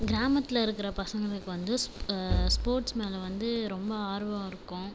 கிராமத்தில் இருக்கிற பசங்களுக்கு வந்து ஸ்போர்ட்ஸ் மேலே வந்து ரொம்ப ஆர்வம் இருக்கும்